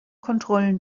kontrollen